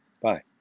Bye